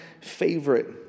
favorite